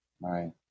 Right